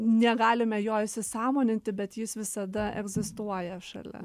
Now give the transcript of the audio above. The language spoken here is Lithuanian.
negalime jo įsisąmoninti bet jis visada egzistuoja šalia